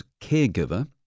caregiver